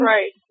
Right